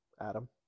Adam